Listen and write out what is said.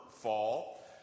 Fall